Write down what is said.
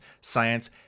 science